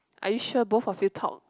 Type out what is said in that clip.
are you sure both of you talk